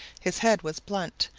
his head was blunt,